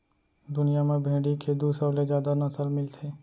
दुनिया म भेड़ी के दू सौ ले जादा नसल मिलथे